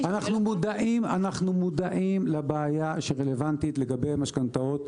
אנחנו מודעים לבעיה שרלוונטית לגבי משכנתאות,